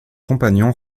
compagnons